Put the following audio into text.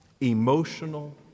Emotional